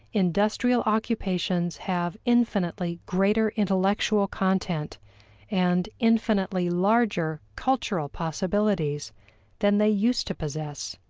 industrial occupations have infinitely greater intellectual content and infinitely larger cultural possibilities than they used to possess.